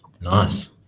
Nice